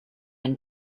and